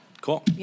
Cool